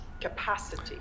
capacity